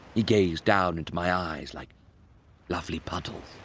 he gazed down into my eyes, like lovely puddles,